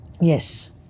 Yes